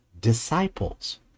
disciples